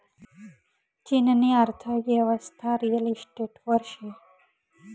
चीननी अर्थयेवस्था रिअल इशटेटवर शे